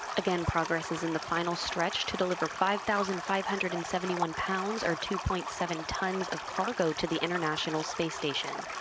again, progress is in the final stretch to deliver five thousand five hundred and seventy one pounds or two point seven one tons of cargo to the international space station.